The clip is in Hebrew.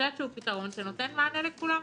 פתרון שנותן מענה לכולם.